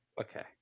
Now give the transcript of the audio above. okay